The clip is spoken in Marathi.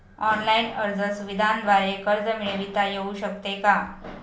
ऑनलाईन अर्ज सुविधांद्वारे कर्ज मिळविता येऊ शकते का?